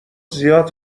زیاد